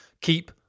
Keep